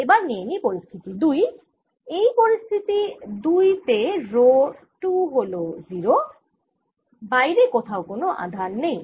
এবার নিয়ে নিই পরিস্থিতি 2 এই পরিস্থিতি 2 তে রো 2 হল 0 বাইরে কোথাও কোনও আধান নেই